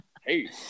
Hey